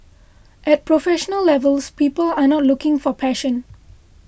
at professional levels people are not looking for passion